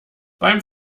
beim